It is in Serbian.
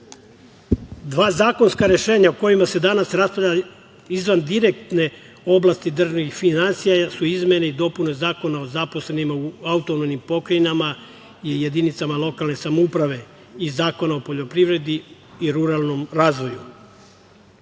zakonska rešenja o kojima se danas raspravlja izvan direktne oblasti državnih finansija su izmene i dopune Zakona o zaposlenima u autonomnim pokrajinama i jedinicama lokalne samouprave i Zakona o poljoprivredi i ruralnom razvoju. Prvi